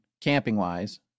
camping-wise